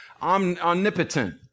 omnipotent